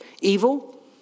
Evil